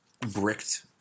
bricked